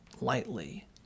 lightly